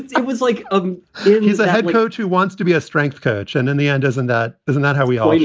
it was like um he's a head coach who wants to be a strength coach. and in the end, isn't that. isn't that how we all. yeah.